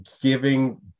giving